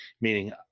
meaning